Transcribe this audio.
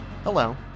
Hello